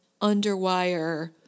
underwire